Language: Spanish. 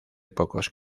pocos